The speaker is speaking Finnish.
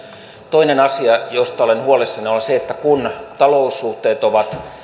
toinen asia josta olen huolissani on se että kun taloussuhteet ovat